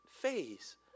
face